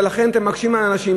ולכן אתם מקשים על אנשים.